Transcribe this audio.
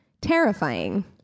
terrifying